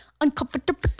Uncomfortable